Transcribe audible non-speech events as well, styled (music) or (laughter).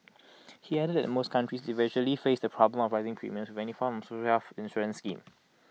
(noise) he added that most countries eventually face the problem of rising premiums with any form of social health insurance scheme